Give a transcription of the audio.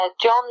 John